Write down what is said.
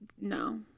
no